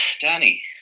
Danny